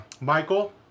Michael